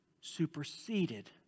superseded